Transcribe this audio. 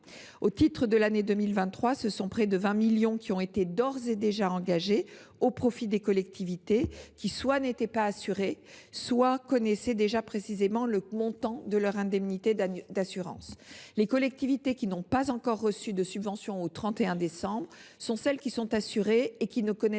Au titre de l’année 2023, près de 20 millions d’euros ont d’ores et déjà été engagés au profit des collectivités qui soit n’étaient pas assurées, soit connaissaient déjà précisément le montant de leur indemnité d’assurance. Les collectivités qui n’ont pas encore reçu de subventions au 31 décembre sont celles qui sont assurées et qui ne connaissent pas